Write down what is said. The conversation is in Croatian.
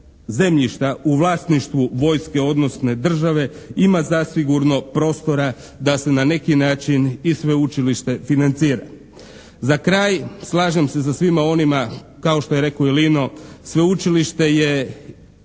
zemljišta u vlasništvu vojske odnosno države ima zasigurno prostora da se na neki način i sveučilište financira. Za kraj, slažem se sa svima onima kao što je rekao i Lino. Sveučilište je